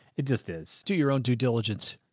it just is do your own due diligence.